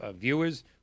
viewers